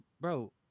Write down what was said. bro